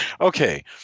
Okay